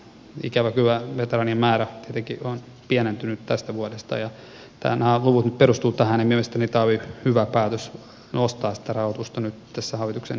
ikävä kyllä veteraanien määrä tietenkin on pienentynyt tästä vuodesta ja nämä luvut nyt perustuvat tähän ja mielestäni oli hyvä päätös nostaa sitä rahoitusta nyt näissä hallituksen neuvotteluissa loppukesästä